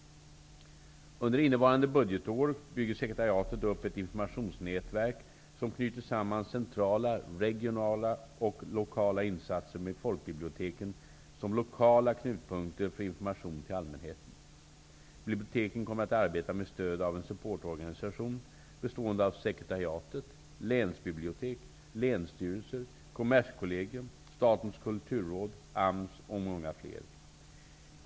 Under innevarande budgetår bygger sekretariatet upp ett informationsnätverk som knyter samman centrala, regionala och lokala insatser med folkbiblioteken som lokala knutpunkter för information till allmänheten. Biblioteken kommer att arbeta med stöd av en supportorganisation bestående av sekretariatet, länsbibliotek, länsstyrelser, Kommerskollegium, Statens kulturråd, AMS och många fler.